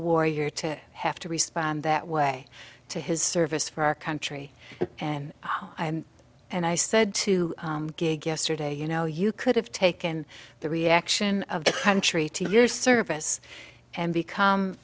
warrior to have to respond that way to his service for our country and i and i said to gig yesterday you know you could have taken the reaction of the country to your service and become